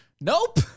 Nope